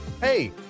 hey